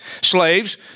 Slaves